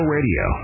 Radio